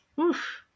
oof